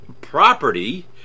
property